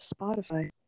spotify